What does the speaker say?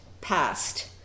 passed